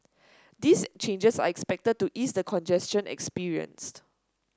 these changes are expected to ease the congestion experienced